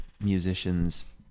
musicians